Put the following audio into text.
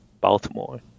baltimore